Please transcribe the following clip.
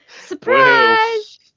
Surprise